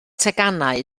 teganau